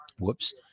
Whoops